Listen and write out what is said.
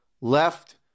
left